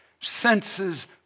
senses